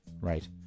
right